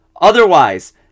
Otherwise